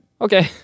okay